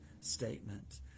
statement